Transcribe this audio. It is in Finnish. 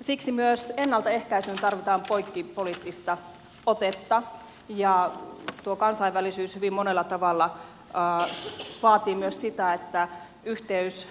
siksi myös ennaltaehkäisyyn tarvitaan poikkipoliittista otetta ja tuo kansainvälisyys hyvin monella tavalla vaatii myös sitä että yhteys